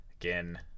Again